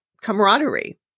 camaraderie